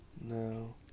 No